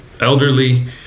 elderly